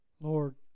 Lord